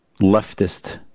leftist